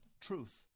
truth